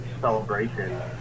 celebration